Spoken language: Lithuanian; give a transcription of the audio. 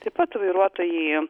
taip pat vairuotojai